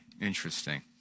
Interesting